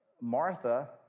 Martha